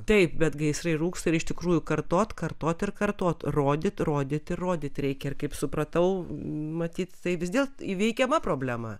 taip bet gaisrai rūksta ir iš tikrųjų kartot kartot ir kartot rodyt rodyt ir rodyt reikia ir kaip supratau matyt tai vis dėlt įveikiama problema